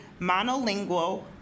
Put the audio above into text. monolingual